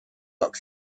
look